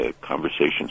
conversations